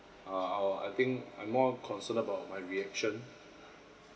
uh I'll I think I'm more concerned about my reaction